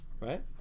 Right